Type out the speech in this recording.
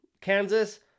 Kansas